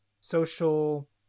social